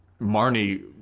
Marnie